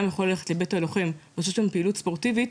בן אדם יכול ללכת לבית הלוחם ולעשות שם פעילות ספורטיבית,